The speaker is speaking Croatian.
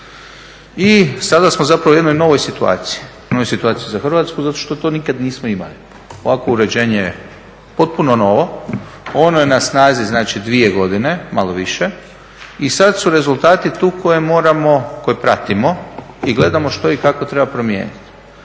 i sada smo zapravo u jednoj novoj situaciji. Novoj situaciji za Hrvatsku zato što to nikada nismo imali ovakvo uređenje potpuno novo, ono je na snazi znači 2 godine, malo više i sada su rezultati tu koje moramo, koje pratimo i gledamo što i kako treba promijeniti.